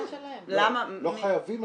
לא חייבים משקיעים,